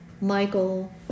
Michael